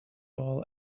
all